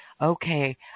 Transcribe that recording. Okay